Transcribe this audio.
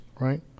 right